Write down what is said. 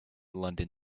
london